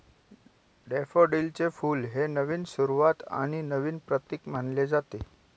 डॅफोडिलचे फुल हे नवीन सुरुवात आणि नवीन प्रतीक मानले जाते